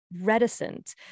reticent